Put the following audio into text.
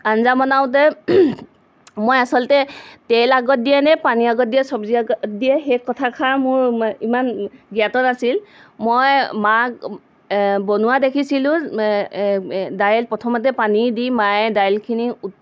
আঞ্জা বনাওঁতে মই আচলতে তেল আগত দিয়ে নে পানী আগত দিয়ে চব্জি আগত দিয়ে সেই কথাষাৰ মোৰ মা ইমান জ্ঞাত নাছিল মই মাক বনোৱা দেখিছিলোঁ দাইল প্ৰথমতে পানী দি মায়ে দাইলখিনি